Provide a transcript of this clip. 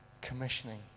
commissioning